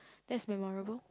that's memorable